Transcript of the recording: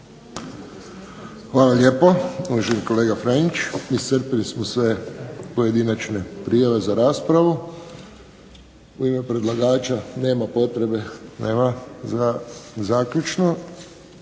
Hvala lijepo uvaženi kolega Franić. Iscrpili smo sve pojedinačne prijave za raspravu. U ime predlagača? Nema potrebe. Nema. Za zaključno.